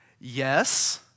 yes